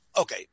okay